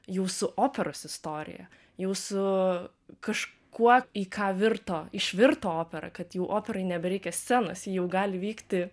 jau su operos istorija jau su kažkuo į ką virto išvirto opera kad jau operai nebereikia scenos ji jau gali vykti